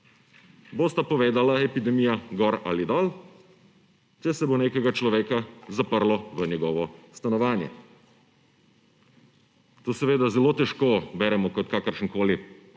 bosta povedala, epidemija gor ali dol, če se bo nekega človeka zaprlo v njegovo stanovanje. To seveda zelo težko beremo kot kakršenkoli resen